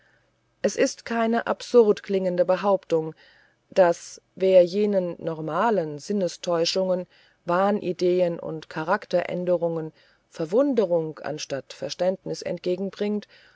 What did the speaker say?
es ist keine absurd klingende behauptung daß wer jenen normalen sinnestäuschungen wahnideen und charakteränderungen verwunderung anstatt verständnis entgegenbringt